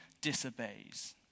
disobeys